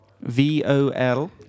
V-O-L